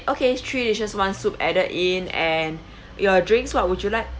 okay three dishes one soup added in and your drinks what would you like